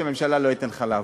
שראש הממשלה לא ייתן לך לעבוד,